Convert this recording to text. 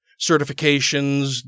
certifications